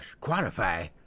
qualify